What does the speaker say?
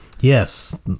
Yes